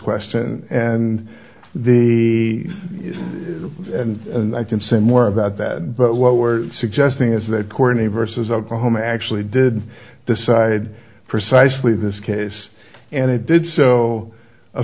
question and the and i can say more about that but what we're suggesting is that courtney versus oklahoma actually did decide precisely this case and they did so a